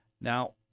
Now